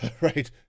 right